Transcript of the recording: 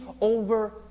over